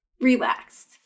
relaxed